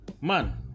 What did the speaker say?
Man